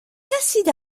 kasit